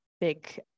big